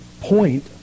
point